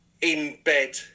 in-bed